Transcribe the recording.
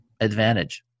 advantage